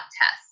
test